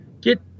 get